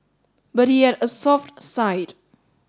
but he had a soft side